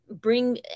bring